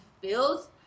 feels